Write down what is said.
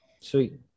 sweet